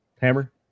Hammer